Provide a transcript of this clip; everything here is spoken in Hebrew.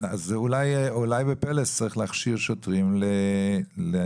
אז אולי בפל"ס צריך להכשיר שוטרים לזהות